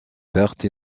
pertes